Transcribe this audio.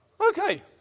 Okay